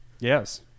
Yes